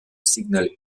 signal